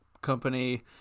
company